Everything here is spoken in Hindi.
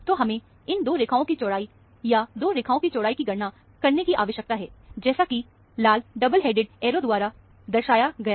तो हमें इन दो रेखा की चौड़ाई या 2 रेखा की चौड़ाई की गणना करने की आवश्यकता है जैसा कि लाल डबल हेडेड एरो द्वारा दर्शया गया है